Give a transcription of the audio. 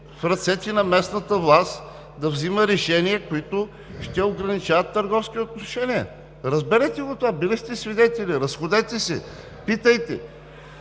в ръцете на местната власт да взема решения, които ще ограничават търговски отношения. Разберете го това! Били свидетели, разходете се, питайте.